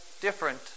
different